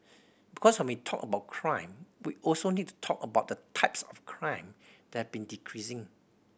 because when we talk about crime we also need to talk about the types of crime that been decreasing